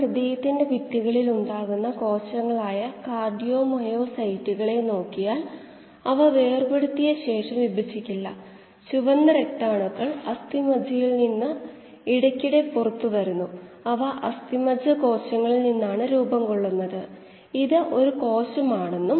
ഒറ്റയ്ക്ക് നിൽക്കുന്ന കീമോസ്റ്റാറ്റുകൾക്ക് സാധാരണയായി ഇൻലെറ്റ് കോശ സാന്ദ്രത ഇല്ല അവ ഇൻലെറ്റ് സ്ട്രീമിലെ സബ്സ്ട്രേറ്റ് ആണ്